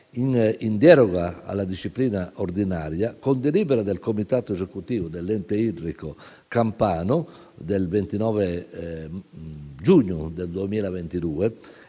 in deroga alla disciplina ordinaria, con delibera del comitato esecutivo dell'ente idrico campano del 29 giugno del 2022,